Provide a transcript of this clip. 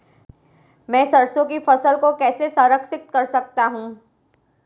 मैं सरसों की फसल को कैसे संरक्षित कर सकता हूँ?